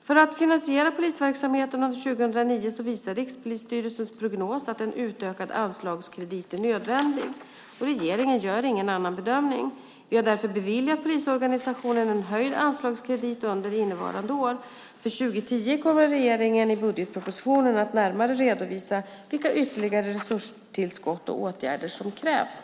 För att finansiera polisverksamheten under 2009 visar Rikspolisstyrelsens prognos att en utökad anslagskredit är nödvändig. Regeringen gör ingen annan bedömning. Vi har därför beviljat polisorganisationen en höjd anslagskredit under innevarande år. För 2010 kommer regeringen i budgetpropositionen att närmare redovisa vilka ytterligare resurstillskott och åtgärder som krävs.